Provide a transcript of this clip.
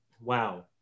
wow